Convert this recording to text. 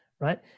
right